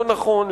לא נכון,